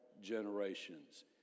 generations